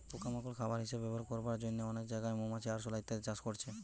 পোকা মাকড় খাবার হিসাবে ব্যবহার করবার জন্যে অনেক জাগায় মৌমাছি, আরশোলা ইত্যাদি চাষ করছে